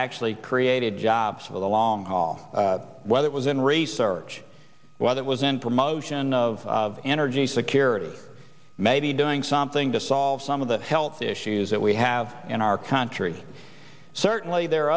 actually created jobs over the long haul whether it was in research whether it was in promotion of energy security maybe doing something to solve some of the health issues that we have in our country certainly there are